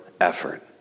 effort